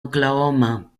oklahoma